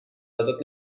ازت